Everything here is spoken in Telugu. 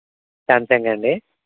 శాంసాంగా అండి